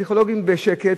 פסיכולוגים בשקל,